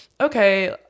Okay